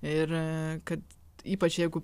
ir kad ypač jeigu